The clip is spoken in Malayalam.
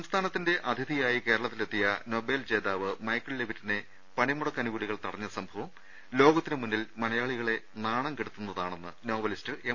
സംസ്ഥാനത്തിന്റെ അതിഥിയായി കേരളത്തിലെത്തിയ നൊബേൽ ജേതാവ് മൈക്കിൾ ലെവിറ്റിനെ പണിമുടക്കനുകൂലികൾ തടഞ്ഞ സംഭവം ലോകത്തിന് മുന്നിൽ മലയാളികളെ നാണം കെടുത്തുന്നതാണെന്ന് നോവലിസ്റ്റ് എം